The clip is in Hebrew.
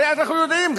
הרי אנחנו יודעים,